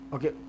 Okay